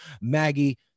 Maggie